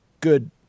good